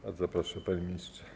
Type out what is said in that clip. Bardzo proszę, panie ministrze.